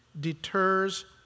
deters